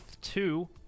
two